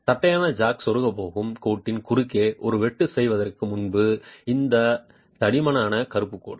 தட்டையான ஜாக் செருகப் போகும் கோட்டின் குறுக்கே ஒரு வெட்டு செய்யப்படுவதற்கு முன்பு இது இந்த தடிமனான கருப்பு கோடு